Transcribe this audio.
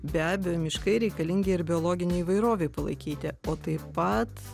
be abejo miškai reikalingi ir biologinei įvairovei palaikyti o taip pat